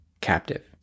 captive